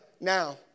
now